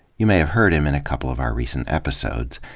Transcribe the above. you may have heard him in a couple of our recent episodes.